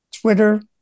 Twitter